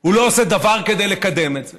והוא לא עושה דבר כדי לקדם את זה,